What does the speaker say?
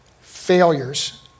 Failures